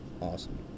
Awesome